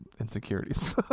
insecurities